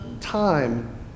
time